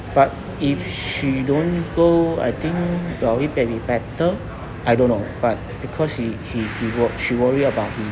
but if she don't go I think probably will be better I don't know but because she she she she worry about him